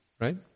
right